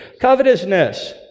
Covetousness